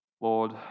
Lord